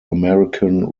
american